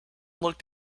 looked